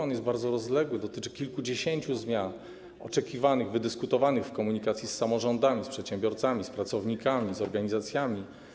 On jest bardzo rozległy, dotyczy kilkudziesięciu zmian, oczekiwanych, wydyskutowanych w komunikacji z samorządami, z przedsiębiorcami, z pracownikami, z organizacjami.